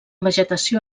vegetació